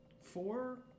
four